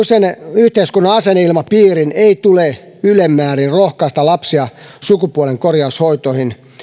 yhteiskunnan asenneilmapiirin ei tule ylen määrin rohkaista lapsia sukupuolenkorjaushoitoihin